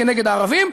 כלפי הערבים.